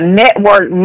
network